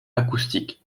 acoustiques